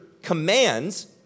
commands